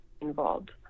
involved